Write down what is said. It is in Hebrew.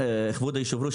כבוד היושב-ראש,